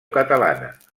catalana